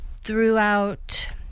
throughout